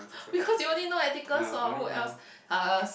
because you only know Atticus orh who else uh